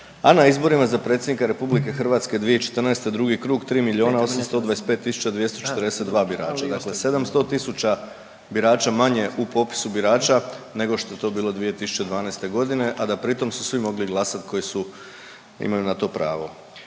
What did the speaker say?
a na izborima za predsjednika RH 2014. drugi krug 3 miliona 825 tisuća 242 birača, dakle 700 tisuća birača manje u popisu birača nego što je to bilo 2012. godine, a da pritom su svi mogli glasati koji su imali na to pravo.